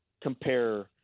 compare